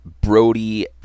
brody